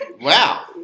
Wow